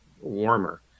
warmer